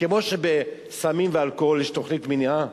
כמו שבסמים ואלכוהול יש תוכנית מניעה,